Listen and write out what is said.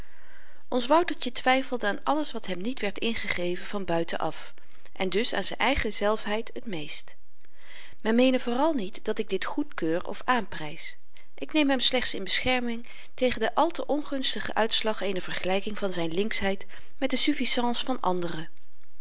ons woutertje twyfelde aan alles wat hem niet werd ingegeven van buiten-af en dus aan z'n eigen zelfheid het meest men meene vooral niet dat ik dit goedkeur of aanprys ik neem hem slechts in bescherming tegen den àl te ongunstigen uitslag eener vergelyking van zyn linksheid met de suffisance van anderen